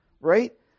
Right